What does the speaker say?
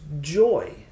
joy